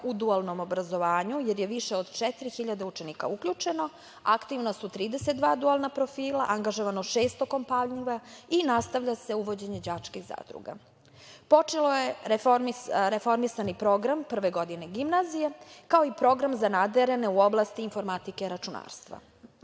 u dualnom obrazovanju, jer je više od 4.000 učenika uključeno, aktivna su 32 dualna profila, angažovano 600 kompanija i nastavlja se uvođenje đačkih zadruga. Počeo je reformisani program prve godine gimnazija, kao i program za nadarene u oblasti informatike i računarstva. Ovo